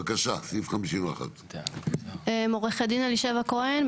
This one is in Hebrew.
בבקשה, סעיף 51. שמי עורכת הדין אלישבע כהן.